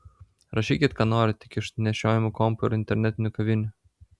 rašykit ką norit tik iš nešiojamų kompų ir internetinių kavinių